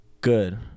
good